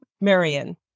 Marion